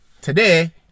today